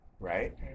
Right